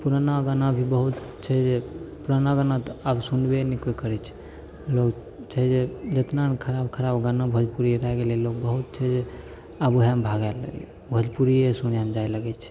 पुराना गाना भी बहुत छै जे पुराना गाना तऽ आब सुनबे नहि केओ करैत छै लोग छै जे जेतना खराब खराब गाना भोजपुरीमे भए गेलै लोग बहुत छै जे आब ओहएमे भागऽ लगलै भोजपुरिए सुनैमे जाए लगैत छै